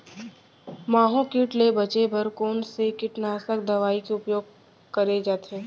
माहो किट ले बचे बर कोन से कीटनाशक दवई के उपयोग करे जाथे?